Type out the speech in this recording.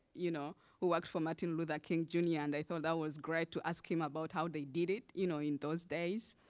you know who worked for martin luther king jr, and i thought that was great to ask him about how they did it you know in those days.